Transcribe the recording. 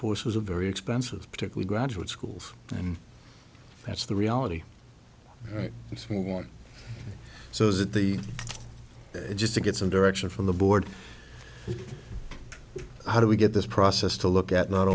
courses a very expensive particular graduate schools and that's the reality is for so that the it just to get some direction from the board how do we get this process to look at not